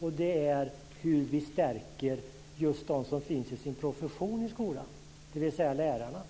Det gäller hur vi stärker dem som finns i sin profession i skolan, dvs. lärarna.